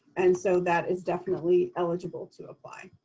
and so that is definitely eligible to apply.